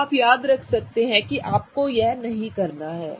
तो आप याद रख सकते हैं कि आपको यह नहीं करना है